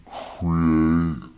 create